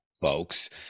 folks